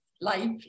life